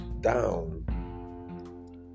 down